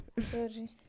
sorry